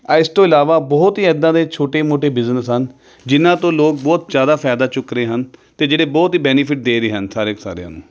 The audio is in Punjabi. ਇਸ ਤੋਂ ਇਲਾਵਾ ਬਹੁਤ ਹੀ ਇੱਦਾਂ ਦੇ ਛੋਟੇ ਮੋਟੇ ਬਿਜਨਸ ਹਨ ਜਿਹਨਾਂ ਤੋਂ ਲੋਕ ਬਹੁਤ ਜ਼ਿਆਦਾ ਫਾਇਦਾ ਚੁੱਕ ਰਹੇ ਹਨ ਅਤੇ ਜਿਹੜੇ ਬਹੁਤ ਹੀ ਬੈਨੀਫਿਟ ਦੇ ਰਹੇ ਹਨ ਸਾਰੇ ਸਾਰਿਆਂ ਨੂੰ